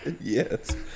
yes